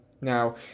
Now